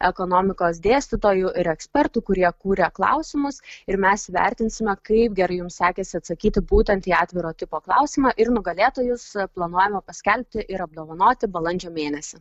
ekonomikos dėstytojų ir ekspertų kurie kūrė klausimus ir mes vertinsime kaip gerai jums sekėsi atsakyti būtent į atviro tipo klausimą ir nugalėtojus planuojama paskelbti ir apdovanoti balandžio mėnesį